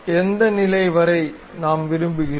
எந்த நிலை வரை நாம் விரும்புகிறோம்